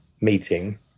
meeting